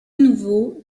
nouveau